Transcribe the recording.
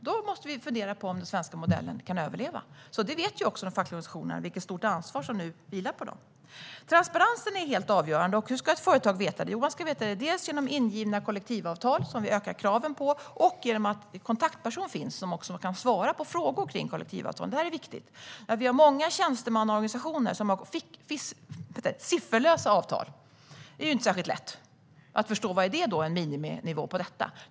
Då måste vi fundera på om den svenska modellen kan överleva. De fackliga organisationerna vet också vilket stort ansvar som nu vilar på dem. Transparensen är helt avgörande. Hur ska ett företag veta vad som gäller? Jo, man ska veta det dels genom ingivna kollektivavtal, som vi ökar kraven på, dels genom att det finns en kontaktperson som kan svara på frågor kring kollektivavtal. Det är viktigt. Vi har många tjänstemannaorganisationer som har sifferlösa avtal, och då är det inte särskilt lätt att förstå vad som är en miniminivå i dessa.